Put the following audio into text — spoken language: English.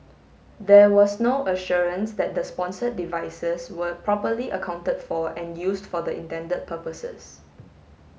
there was no assurance that the sponsored devices were properly accounted for and used for the intended purposes